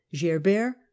Gerbert